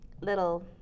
little